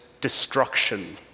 destruction